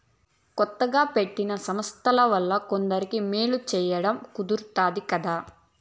కొత్తగా పెట్టిన సంస్థల వలన కొందరికి మేలు సేయడం కుదురుతాది కదా